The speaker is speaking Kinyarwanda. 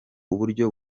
uburyo